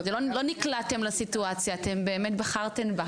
לא נקלעתם לסיטואציה, אתם באמת בחרתם בה.